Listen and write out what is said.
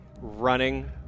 running